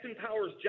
Powers